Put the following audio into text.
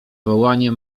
wołanie